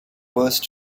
worse